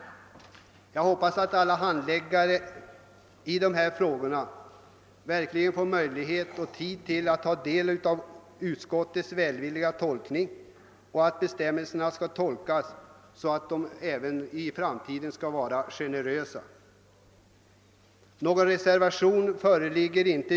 Jag hoppas att alla som handlägger frågor av detta slag verkligen kommer att ta del av utskottets välvilliga skrivning och att bestämmelserna även i framtiden skall tolkas på ett generöst sätt. Det har inte fogats någon reservation vid utskottets betänkande.